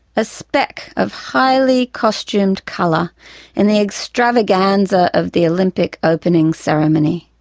a speck of highly costumed colour in the extravaganza of the olympic opening ceremony.